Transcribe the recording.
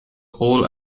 all